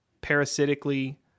parasitically